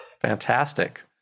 Fantastic